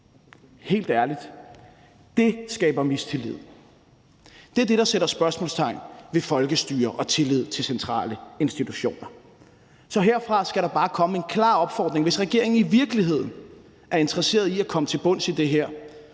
Helt ærligt: Det skaber mistillid. Det er det, der sætter spørgsmålstegn ved folkestyre og tillid til centrale institutioner. Så herfra skal der bare komme en klar opfordring: Hvis regeringen i virkeligheden er interesseret i at komme til bunds i det her